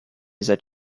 that